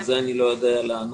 ועל זה אני לא יודע לענות.